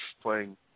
playing